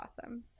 awesome